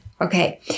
Okay